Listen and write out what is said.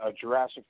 Jurassic